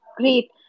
Great